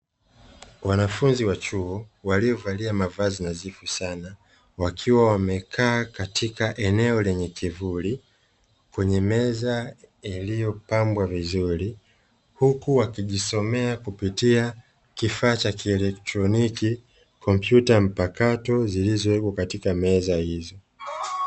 Wanafunzi wa chuo waliovalia mavazi nadhifu sana, wakiwa wamekaa katika eneo lenye kivuli kwenye meza iliyopambwa vizuri, huku wakijisomea kupitia kifaa cha kielektroniki (kompyuta mpakato) zilizowekwa katika meza hizo.